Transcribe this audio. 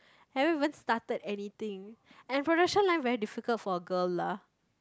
everyone started anything and production line very difficult for a girl lah